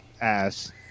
ass